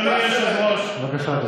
בושה.